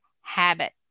habit